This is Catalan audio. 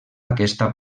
aquesta